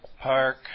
Park